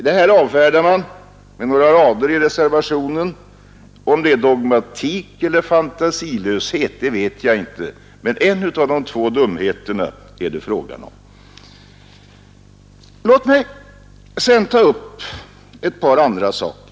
Det här avfärdar man med några rader i reservationen; om det beror på dogmatik eller fantasilöshet vet jag inte, men en av de två dumheterna är det fråga om. Låt mig sedan ta upp ett par andra saker.